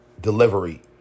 delivery